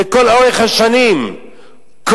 על רשות חירום לאומית.